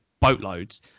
boatloads